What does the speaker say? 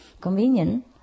convenient